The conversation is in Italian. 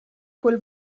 quel